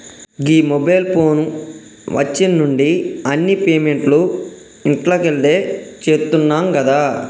గీ mobile phone వచ్చిన్నుండి అన్ని పేమెంట్లు ఇంట్లకెళ్లే చేత్తున్నం గదా